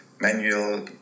manual